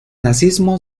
nazismo